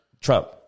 Trump